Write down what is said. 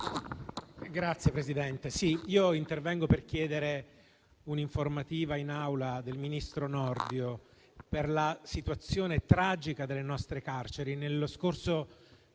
Signora Presidente, intervengo per chiedere un'informativa in Aula del ministro Nordio per la situazione tragica delle nostre carceri.